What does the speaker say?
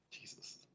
jesus